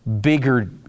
bigger